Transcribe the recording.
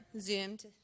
zoomed